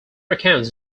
accounts